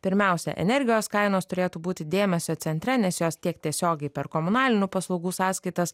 pirmiausia energijos kainos turėtų būti dėmesio centre nes jos tiek tiesiogiai per komunalinių paslaugų sąskaitas